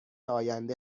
آینده